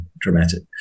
dramatic